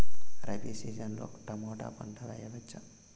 Rabi season లో tomato పంట వేయవచ్చా?